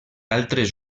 altres